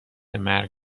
مرگ